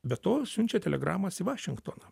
be to siunčia telegramas į vašingtoną